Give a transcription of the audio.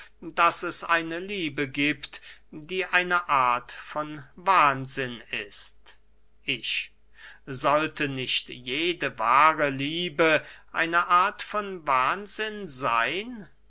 daß es eine liebe giebt die eine art von wahnsinn ist ich sollte nicht jede wahre liebe eine art von wahnsinn seyn